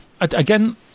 again